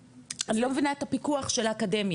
אני לא מבינה את הפיקוח של האקדמיה,